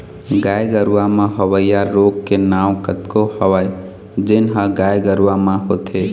गाय गरूवा म होवइया रोग के नांव कतको हवय जेन ह गाय गरुवा म होथे